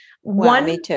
one